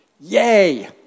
Yay